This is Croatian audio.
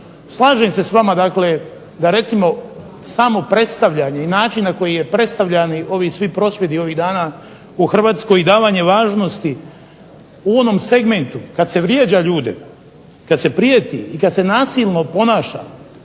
Slažem se s vama dakle da recimo samo predstavljanje i način na koji su predstavljani ovi svi prosvjedi ovih dana u Hrvatskoj i davanje važnosti u onom segmentu kad se vrijeđa ljude, kad se prijeti i kad se nasilno ponaša,